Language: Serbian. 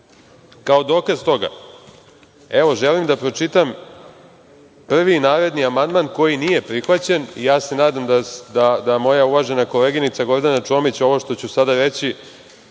dokaz toga, želim da pročitam prvi naredni amandman koji nije prihvaćen. Nadam se da moja uvažena koleginica Gordana Čomić ovo što ću sada reći